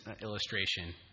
illustration